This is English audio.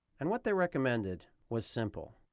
and what they recommended was simple.